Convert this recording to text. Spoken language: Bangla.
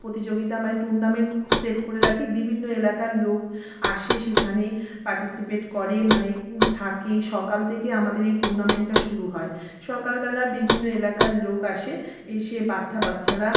প্রতিযোগিতা মানে টুর্নামেন্ট সেট করে রাখি বিভিন্ন এলাকার লোক আসে সেখানে পার্টিসিপেট করে মানে থাকে সকাল থেকে আমাদের এই টুর্নামেন্টটা শুরু হয় সকালবেলা বিভিন্ন এলাকার লোক আসে এসে বাচ্চা বাচ্চারা